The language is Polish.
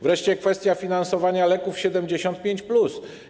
Wreszcie kwestia finansowania leków 75+.